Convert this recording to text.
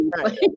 Right